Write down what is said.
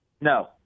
No